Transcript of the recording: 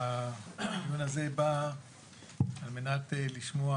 הדיון הזה בא על מנת לשמוע,